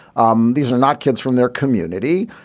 um these are not kids from their community.